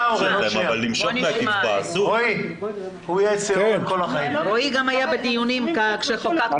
רועי גם היה בדיונים כשחוקקנו את זה.